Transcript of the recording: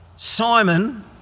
Simon